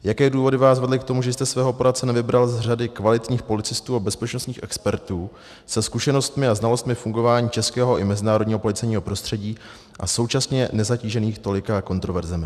Jaké důvody vás vedly k tomu, že jste svého poradce nevybral z řady kvalitních policistů a bezpečnostních expertů se zkušenostmi a znalostmi fungování českého i mezinárodního policejního prostředí a současně nezatížených tolika kontroverzemi?